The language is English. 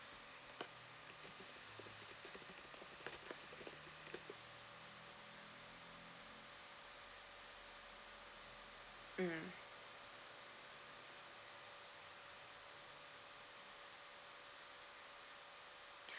mm